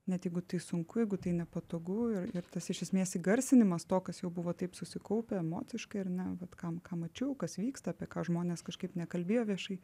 net jeigu tai sunku jeigu tai nepatogu ir ir tas iš esmės įgarsinimas to kas jau buvo taip susikaupę emociškai ar ne vat ką ką mačiau kas vyksta apie ką žmonės kažkaip nekalbėjo viešai